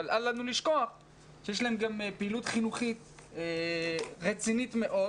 אבל אל לנו לשכוח שיש להם גם פעילות חינוכית רצינית מאוד